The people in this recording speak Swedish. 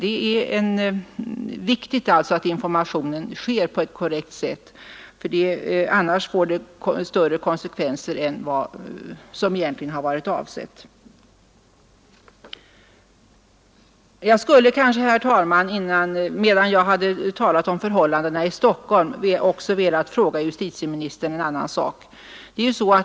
Det är alltså viktigt att informationen ges på ett korrekt sätt. Annars blir konsekvenserna större än som egentligen har avsetts. Herr talman! När jag har talat om förhållandena i Stockholm skulle jag också vilja fråga justitieministern en annan sak.